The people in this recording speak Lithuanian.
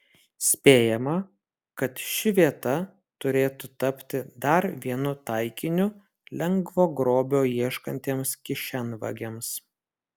spėjama kad ši vieta turėtų tapti dar vienu taikiniu lengvo grobio ieškantiems kišenvagiams